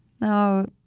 No